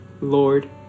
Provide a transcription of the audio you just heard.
Lord